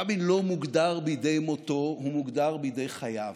רבין לא מוגדר בידי מותו, הוא מוגדר בידי חייו.